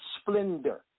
splendor